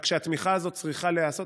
רק שאת התמיכה הזו צריך לעשות